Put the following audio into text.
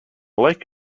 like